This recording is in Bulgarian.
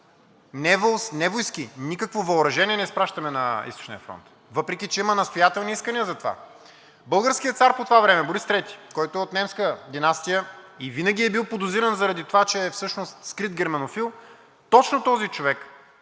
не войски, никакво въоръжение не изпращаме на Източния фронт, въпреки че има настоятелни искания за това. Българският цар по това време – Борис ІІІ, който е от немска династия и винаги е бил подозиран заради това, че всъщност е скрит германофил, точно този човек